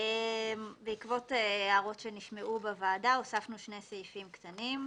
בעקבות הערות שנשמעו בוועדה הוספנו שני סעיפים קטנים.